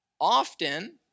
often